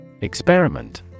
Experiment